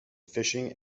fishing